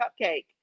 cupcake